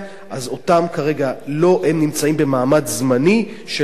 אז כרגע הם נמצאים במעמד זמני של הגנה.